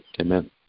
Amen